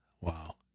wow